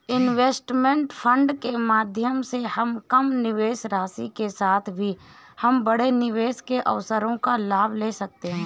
investment fund के माध्यम से हम कम निवेश राशि के साथ भी हम बड़े निवेश के अवसरों का लाभ ले सकते हैं